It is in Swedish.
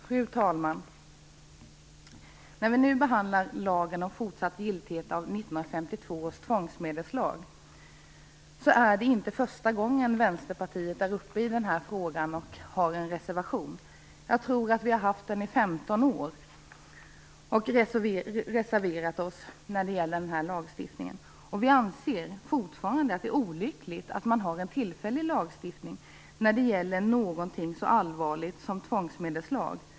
Fru talman! När vi nu behandlar fortsatt giltighet av 1952 års tvångsmedelslag är det inte första gången Vänsterpartiet har en reservation i frågan. Jag tror att vi har reserverat oss i 15 år när det gäller denna lagstiftning. Vi anser fortfarande att det är olyckligt att man har en tillfällig lagstiftning när det gäller någonting så allvarligt som tvångsmedelslag.